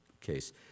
case